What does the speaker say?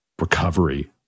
recovery